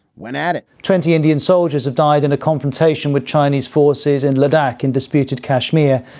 went at it twenty indian soldiers have died in a confrontation with chinese forces in ladak in disputed kashmir.